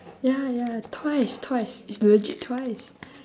ya ya twice twice it's legit twice